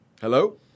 Hello